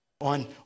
on